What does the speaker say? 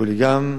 "פוליגם"